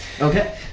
Okay